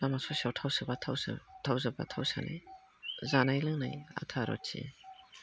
लामा ससेयाव थाव जोबबा थाव सोनाय जानाय लोंनाय आथा रुटि